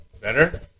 better